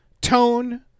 tone